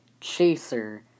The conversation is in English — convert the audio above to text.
Chaser